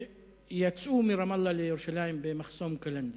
שיצאו מרמאללה לירושלים דרך מחסום קלנדיה.